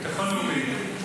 ביטחון לאומי.